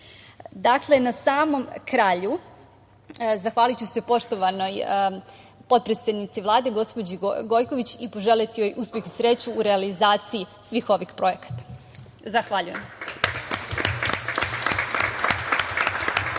manastira. Na samom kraju zahvaliću se poštovanoj potpredsednici Vlade, gospođi Gojković i poželeti joj uspeh i sreću u realizaciji svih ovih projekata. Zahvaljujem.